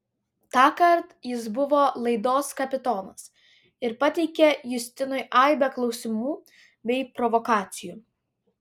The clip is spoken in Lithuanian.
tąkart jis buvo laidos kapitonas ir pateikė justinui aibę klausimų bei provokacijų